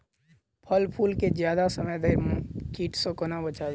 फल फुल केँ जियादा समय धरि कीट सऽ कोना बचाबी?